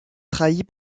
trahit